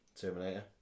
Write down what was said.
terminator